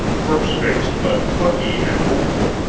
corpse-faced but plucky and hopeful,